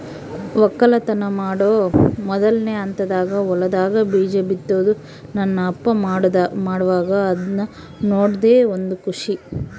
ವಕ್ಕಲತನ ಮಾಡೊ ಮೊದ್ಲನೇ ಹಂತದಾಗ ಹೊಲದಾಗ ಬೀಜ ಬಿತ್ತುದು ನನ್ನ ಅಪ್ಪ ಮಾಡುವಾಗ ಅದ್ನ ನೋಡದೇ ಒಂದು ಖುಷಿ